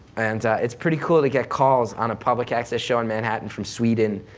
and it's pretty cool to get calls on a public access show in manhattan from sweden,